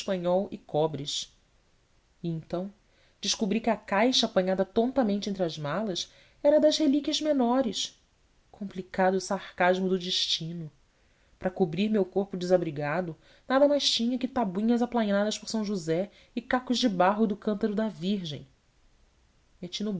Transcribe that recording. e cobres e então descobri que a caixa apanhada tontamente entre as malas era a das relíquias menores complicado sarcasmo do destino para cobrir meu corpo desabrigado nada mais tinha que tabuinhas aplainadas por são josé e cacos de barro do cântaro da virgem